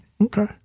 okay